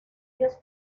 ellos